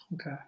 Okay